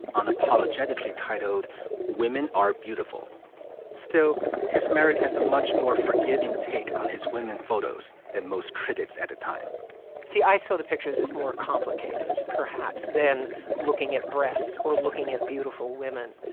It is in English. unapologetically titled women are beautiful still chris merrick has a much more forgiving take on his women photos than most critics at a time see, i saw the pictures. is more complicated, perhaps, than looking at breasts or looking at beautiful women.